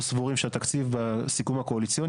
אנחנו סבורים שהתקציב בסיכום הקואליציוני,